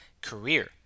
career